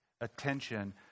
attention